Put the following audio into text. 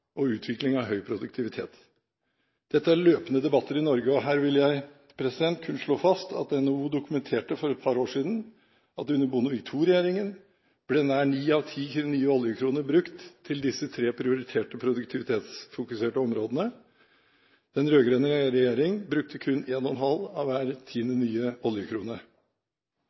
og utvikling av høy produktivitet. Dette er løpende debatter i Norge, og her vil jeg kunne slå fast at NHO dokumenterte for et par år siden at under Bondevik II-regjeringen ble nær ni av ti nye oljekroner brukt til disse tre prioriterte produktivitetsfokuserte områdene. Den rød-grønne regjeringen brukte kun en og en halv av hver tiende nye